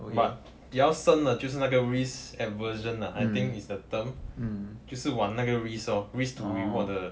but 比较深的就是那个 risk aversion ah I think it's the term 就是玩那个 risk risk lor risk to reward 的